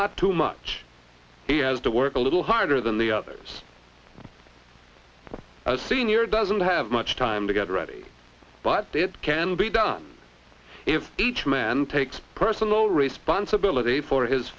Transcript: not too much he has to work a little harder than the others as senior doesn't have much time to get ready but it can be done if each man takes personal responsibility for his